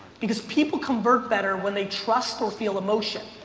because people convert better when they trust or feel emotion.